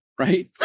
Right